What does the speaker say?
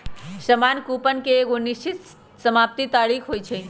सामान्य कूपन के एगो निश्चित समाप्ति तारिख होइ छइ